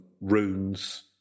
runes